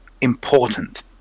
important